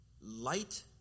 Light